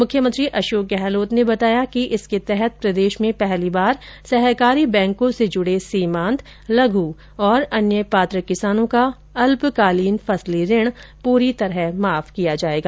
मुख्यमंत्री अशोक गहलोत ने बताया कि इसके तहत प्रदेश में पहली बार सहकारी बैंकों से जुड़े सीमांत लघु और अन्य पात्र किसानों का अल्पकालीन फसली ऋण पूरी तरह माफ किया जायेगा